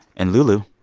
and lulu,